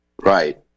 right